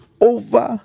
over